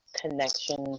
connection